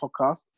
podcast